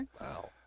Wow